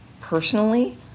personally